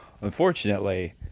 Unfortunately